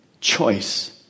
choice